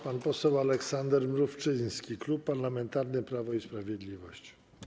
Pan poseł Aleksander Mrówczyński, Klub Parlamentarny Prawo i Sprawiedliwość.